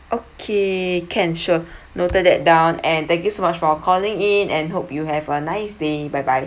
okay can sure noted that down and thank you so much for calling in and hope you have a nice day bye bye